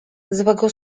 złego